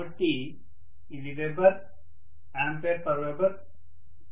కాబట్టి ఇది weber ampere per weber ampere